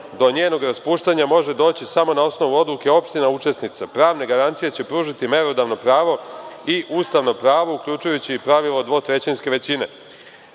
Do njenog raspuštanja može doći samo na osnovu odluke opština učesnica. Pravne garancije će pružiti merodavno pravo i ustavno pravo uključujući i pravilo dvotrećinske